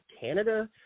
Canada